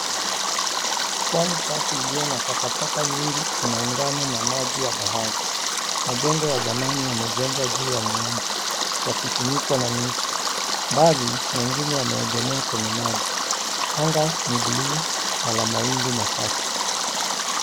Pwani chafu iliyo na takataka nyingi inaungana na maji ya bahari. Majengo ya zamani yamejengwa juu ya miamba yakifunikwa na miti. Mbali mengine yameegemea kwenye maji. Anga ni buluu na la mawingu machache.